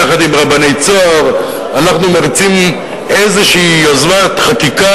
יחד עם רבני "צהר" אנחנו מריצים איזו יוזמת חקיקה